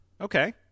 Okay